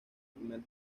primer